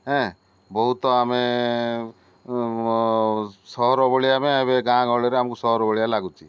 ହେଁ ବହୁତ ଆମେ ସହର ଭଳିଆ ଆମେ ଏବେ ଗାଁ ଗହଳିରେ ଆମକୁ ସହର ଭଳିଆ ଲାଗୁଛି